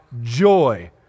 Joy